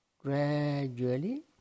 Gradually